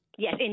Yes